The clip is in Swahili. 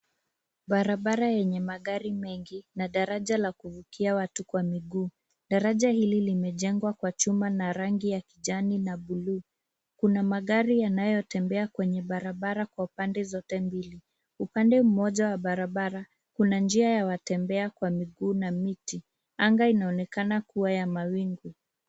Barabara yenye magari mengi na daraja la kuvukia watu kwa miguu. Daraja hili limejengwa kwa chuma na rangi ya kijani na buluu. Kuna magari yanayotembea kwenye barabara kwa pande zote mbili. Upande mmoja wa barabara, kuna njia ya watembea kwa miguu na miti. Anga inaonekana kuwa ya mawingu.